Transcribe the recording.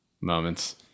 moments